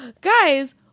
guys